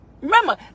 Remember